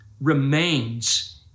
remains